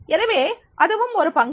எனவே அதுவும் ஒரு பங்கு